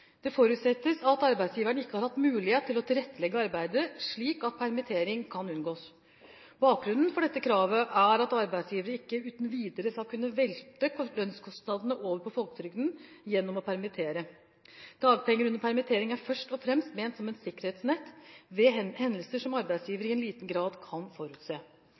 Det forutsettes at arbeidsgiveren ikke har hatt mulighet til å tilrettelegge arbeidet slik at permittering kan unngås. Bakgrunnen for dette kravet er at arbeidsgivere ikke uten videre skal kunne velte lønnskostnadene over på folketrygden gjennom å permittere. Dagpenger under permittering er først og fremst ment som et sikkerhetsnett ved hendelser som arbeidsgiver i liten grad kan forutse.